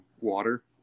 water